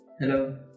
Hello